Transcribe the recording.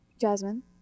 Jasmine